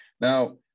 Now